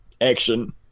action